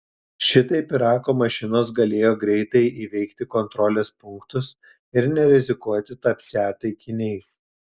šitaip irako mašinos galėjo greitai įveikti kontrolės punktus ir nerizikuoti tapsią taikiniais